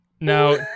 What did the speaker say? Now